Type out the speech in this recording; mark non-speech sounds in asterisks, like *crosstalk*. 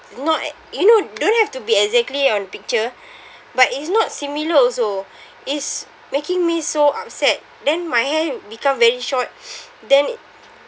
not ac~ you know don't have to be exactly on picture but it's not similar also it's making me so upset then my hair become very short *noise* then